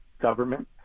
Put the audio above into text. government